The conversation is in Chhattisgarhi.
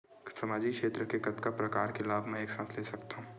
सामाजिक क्षेत्र के कतका प्रकार के लाभ मै एक साथ ले सकथव?